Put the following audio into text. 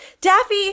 Daffy